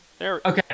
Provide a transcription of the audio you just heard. Okay